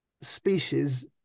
species